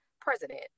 president